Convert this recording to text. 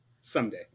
Someday